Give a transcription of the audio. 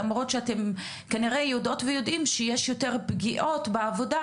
למרות שאתם כנראה יודעות ויודעים שיש יותר פגיעות בעבודה,